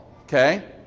Okay